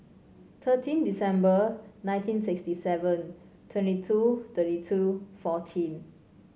thirteen December nineteen sixty seven twenty two thirty two fourteen